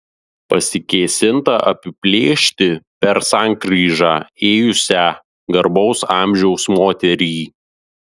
pasikėsinta apiplėšti per sankryžą ėjusią garbaus amžiaus moterį